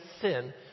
sin